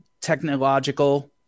technological